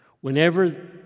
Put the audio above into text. Whenever